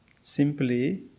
simply